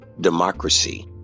democracy